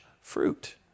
fruit